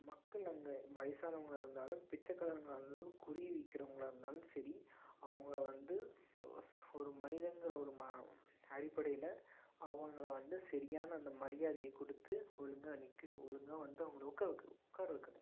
மக்கள் அங்க வயசானவங்களாக இருந்தாலும் பிச்சைக்காரங்களா இருந்தாலும் குருவி விற்கிறவங்களா இருந்தாலும் சரி அவங்க வந்து ஒரு மனிதன்கிற ஒரு மா அடிப்படையில் அவங்களை வந்து சரியான அந்த மரியாதையை கொடுத்து ஒழுங்காக நிற்க ஒழுங்காக வந்து அவங்களை உக்கார உக்கார வைக்கணும்